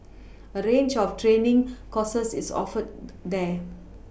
a range of training courses is offered there